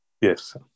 Yes